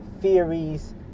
theories